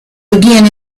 begin